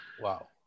Wow